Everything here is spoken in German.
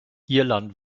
irland